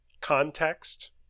context